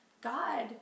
God